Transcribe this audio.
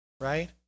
right